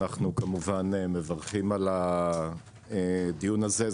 אנחנו כמובן מברכים על הדיון הזה.